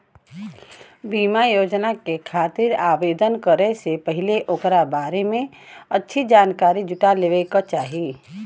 बीमा योजना के खातिर आवेदन करे से पहिले ओकरा बारें में अच्छी जानकारी जुटा लेवे क चाही